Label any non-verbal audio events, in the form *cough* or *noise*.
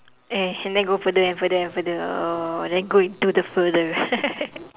eh and then go further and further and further oh then go into the further *laughs*